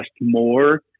more